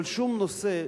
אבל בשום נושא,